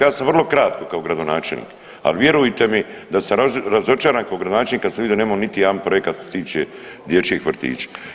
Ja sam vrlo kratko kao gradonačelnik, ali vjerujte mi da sam razočaran kao gradonačelnik kad sam vidio da nemamo niti jedan projekat što se tiče dječjih vrtića.